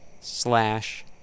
slash